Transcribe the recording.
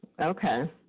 Okay